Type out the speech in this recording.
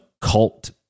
cult